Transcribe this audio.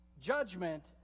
Judgment